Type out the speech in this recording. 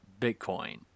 bitcoin